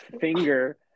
finger